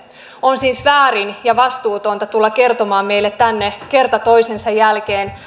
on siis väärin ja vastuutonta tulla kertomaan meille tänne kerta toisensa jälkeen